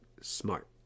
Smart